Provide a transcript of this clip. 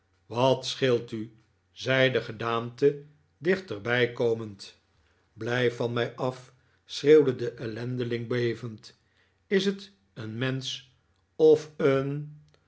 wat scheelt u zei de gedaante dichterbij komend blijf van mij af schreeuwde de ellendeling bevend is het een mensch of een